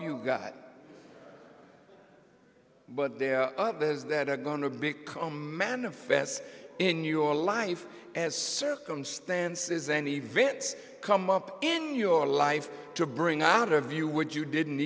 that but there are others that are going to become manifest in your life as circumstances and events come up in your life to bring honor of you would you didn't